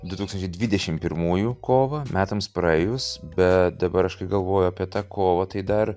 du tūksyančiai dvidešimt pimųjų kovą metams praėjus bet dabar aš kai galvoju apie tą kovą tai dar